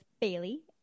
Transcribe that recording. Bailey